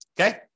Okay